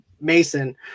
Mason